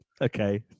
Okay